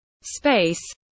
space